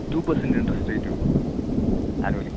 to percent interest റെയ്റ്റേ ഉള്ളൂ annually